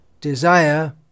desire